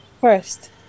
First